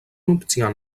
obtient